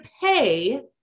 pay